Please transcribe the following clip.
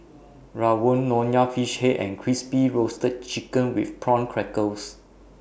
Rawon Nonya Fish Head and Crispy Roasted Chicken with Prawn Crackers